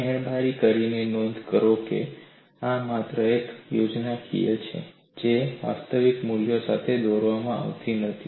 મહેરબાની કરીને નોંધ કરો કે આ માત્ર એક યોજનાકીય છે જે વાસ્તવિક મૂલ્યો સાથે દોરવામાં આવી નથી